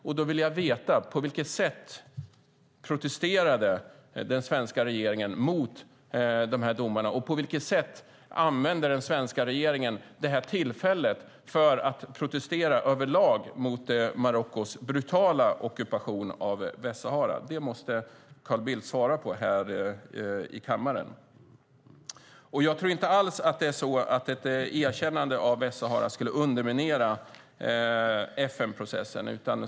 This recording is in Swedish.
Jag vill då veta på vilket sätt den svenska regeringen protesterade mot dessa domar och på vilket sätt den svenska regeringen använde detta tillfälle för att överlag protestera mot Marockos brutala ockupation av Västsahara. Det måste Carl Bildt svara på här i kammaren. Jag tror inte alls att det är så att ett erkännande av Västsahara skulle underminera FN-processen.